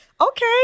Okay